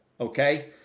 okay